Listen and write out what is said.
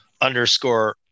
underscore